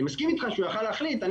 אני מסכים איתך שהוא יכל להחליט 'אני